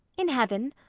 in heaven,